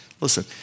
Listen